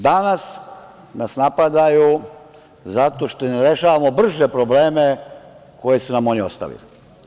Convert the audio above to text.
Danas nas napadaju zato što rešavamo brže probleme koje su nam oni ostavili.